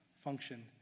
function